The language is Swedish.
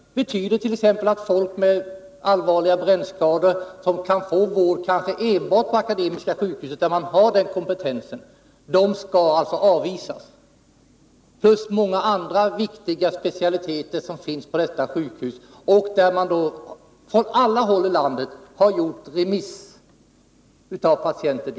Det betyder t.ex. att folk med allvarliga brännskador, som kan få vård kanske enbart på Akademiska sjukhuset där man har kompetensen, skall avvisas. Det finns också många andra viktiga specialiteter på detta sjukhus, dit man från alla håll i landet har remitterat patienter.